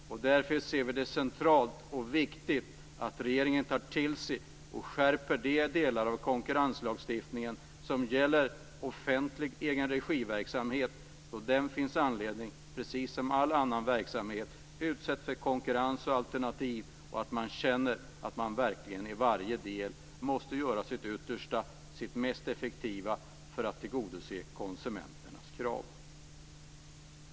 Därför ser vi det som centralt och viktigt att regeringen tar till sig och skärper de delar av konkurrenslagstiftningen som gäller offentlig egenregiverksamhet. Den finns det, precis som när det gäller all annan verksamhet, anledning att utsätta för konkurrens och alternativ, så att man känner att man verkligen i varje del måste göra sitt yttersta, det mest effektiva, för att tillgodose konsumenternas krav.